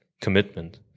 commitment